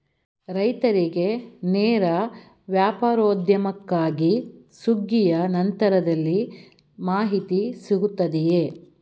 ರೈತರಿಗೆ ನೇರ ವ್ಯಾಪಾರೋದ್ಯಮಕ್ಕಾಗಿ ಸುಗ್ಗಿಯ ನಂತರದಲ್ಲಿ ಮಾಹಿತಿ ಸಿಗುತ್ತದೆಯೇ?